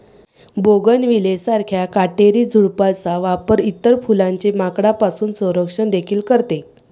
bougainvillea सारख्या काटेरी झुडपांचा वापर इतर फुलांचे माकडांपासून संरक्षण देखील करते